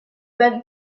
bel